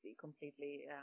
completely